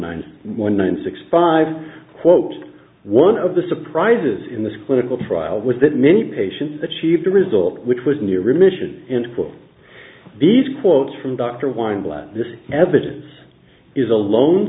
nine one nine six five quote one of the surprises in this clinical trial was that many patients achieved a result which was near remission in these quotes from dr weinblatt evidence is alone